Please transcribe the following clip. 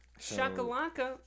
Shakalaka